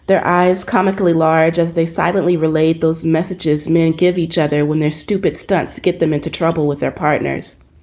their eyes comically large as they silently relayed those messages. men give each other when they're stupid stunts to get them into trouble with their partners.